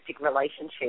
relationship